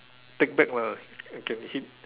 take back mah can hit